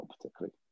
particularly